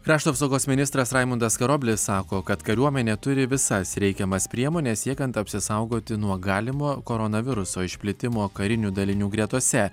krašto apsaugos ministras raimundas karoblis sako kad kariuomenė turi visas reikiamas priemones siekiant apsisaugoti nuo galimo koronaviruso išplitimo karinių dalinių gretose